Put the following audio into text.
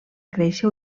créixer